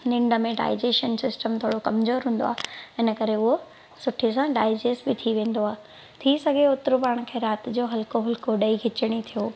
निंड में digestion system थोरो कमज़ोरु हूंदो आहे हिन करे उहो सुठे सां डायजेस बि थी वेंदो आहे थी सघे ओतिरो पाण खे राति जो हलिको फुलिको ॾही खिचिणी थियो